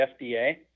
FDA